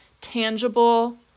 tangible